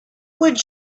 would